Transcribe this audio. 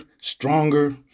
stronger